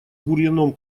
бурьяном